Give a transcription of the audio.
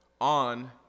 on